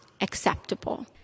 acceptable